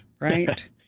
right